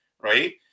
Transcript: right